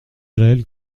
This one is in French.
réel